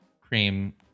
cream